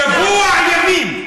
שבוע ימים.